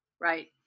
right